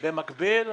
במקביל,